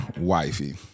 wifey